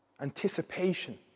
anticipation